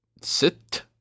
Sit